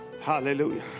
hallelujah